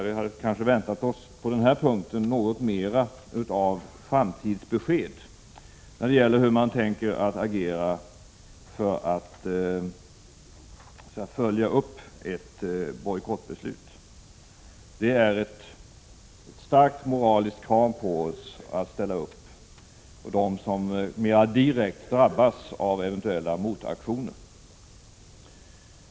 Vi hade kanske på den punkten väntat oss något mer av framtidsbesked när det gäller hur man tänker agera för att följa upp ett bojkottbeslut. Det är ett starkt moraliskt krav på oss att ställa upp för dem som mer direkt drabbas av eventuella motaktioner.